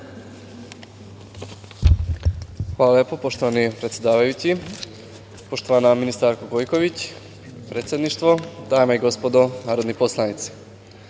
Hvala lepo, poštovani predsedavajući. Poštovana ministarko Gojković, predsedništvo, dame i gospodo narodni poslanici,